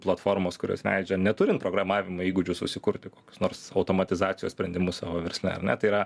platformos kurios leidžia neturint programavimo įgūdžių susikurti kokius nors automatizacijos sprendimus o versle ar ne tai yra